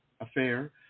affair